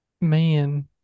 Man